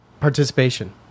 participation